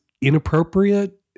inappropriate